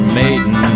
maiden